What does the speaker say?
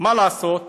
מה לעשות?